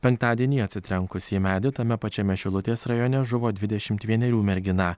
penktadienį atsitrenkusi į medį tame pačiame šilutės rajone žuvo dvidešimt vienerių mergina